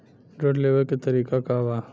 ऋण लेवे के तरीका का बा?